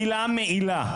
המילה "מעילה"